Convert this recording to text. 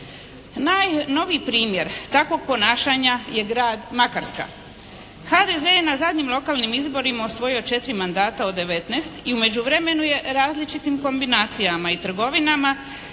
Najnoviji primjer takvog ponašanja je grad Makarska. HDZ je na zadnjih lokalnim izborima osvojio četiri mandata od devetnaest i u međuvremenu je različitim kombinacijama i trgovinama